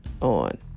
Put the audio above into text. on